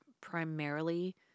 primarily